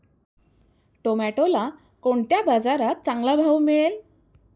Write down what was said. टोमॅटोला कोणत्या बाजारात चांगला भाव मिळेल?